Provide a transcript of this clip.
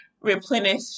replenish